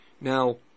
Now